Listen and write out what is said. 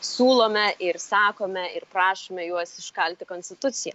siūlome ir sakome ir prašome juos iškalti konstituciją